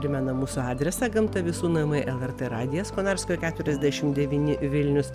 primenam mūsų adresą gamta visų namai lrt radijas konarskio keturiasdešim devyni vilnius